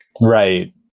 Right